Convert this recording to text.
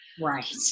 right